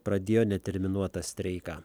pradėjo neterminuotą streiką